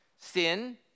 Sin